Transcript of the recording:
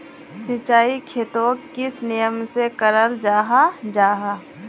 सिंचाई खेतोक किस नियम से कराल जाहा जाहा?